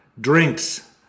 Drinks